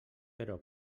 però